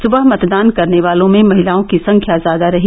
सुबह मतदान करने वालों में महिलाओं की संख्या ज्यादा रही